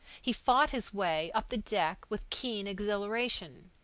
he fought his way up the deck with keen exhilaration.